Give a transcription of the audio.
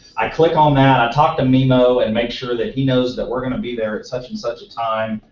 i click on that, i talk to mimo and make sure that he knows that we're going to be there at such and such a time,